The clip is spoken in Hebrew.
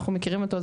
אנחנו מכירים אותו,